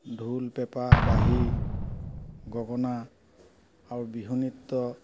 ঢোল পেঁপা বাঁহি গগনা আৰু বিহু নৃত্য